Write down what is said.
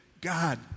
God